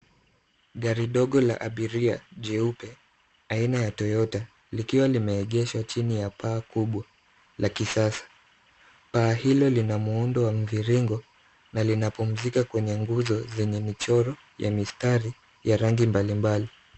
Gari ndogo la abiria jeupe aina ya Toyota, likiwa limeegeshwa chini ya paa kubwa la kisasa. Paa hilo lina muundo wa mviringo na linapumzika kwenye nguzo zenye michoro ya mistari ya rangi mbalimbali.